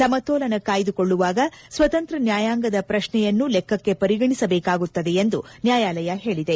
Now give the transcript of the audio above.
ಸಮತೋಲನ ಕಾಯ್ದುಕೊಳ್ಳುವಾಗ ಸ್ವತಂತ್ರ ನ್ಯಾಯಾಂಗದ ಪ್ರಶ್ನೆಯನ್ನು ಲೆಕ್ಕಕ್ಕೆ ಪರಿಗಣಿಸಬೇಕಾಗುತ್ತದೆ ಎಂದು ನ್ಯಾಯಾಲಯ ಹೇಳಿದೆ